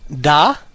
Da